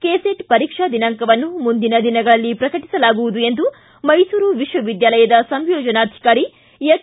KSET ಕಪರೀಕ್ಷಾ ದಿನಾಂಕವನ್ನು ಮುಂದಿನ ದಿನಗಳಲ್ಲಿ ಪ್ರಕಟಿಸಲಾಗುವುದು ಎಂದು ಮೈಸೂರು ವಿಶ್ವವಿದ್ಯಾಲಯದ ಸಂಯೋಜನಾಧಿಕಾರಿ ಹೆಚ್